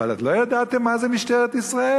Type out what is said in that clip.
עוד לא ידעתם מה זה משטרת ישראל?